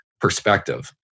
perspective